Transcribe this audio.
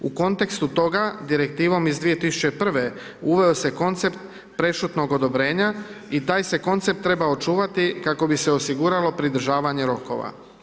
U kontekstu toga, direktivom iz 2001. uveo se koncept prešutnog odobrenja i taj se koncept treba očuvati kako bi se osiguralo pridržavanje rokova.